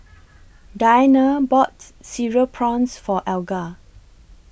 Dianna bought Cereal Prawns For Alger